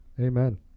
Amen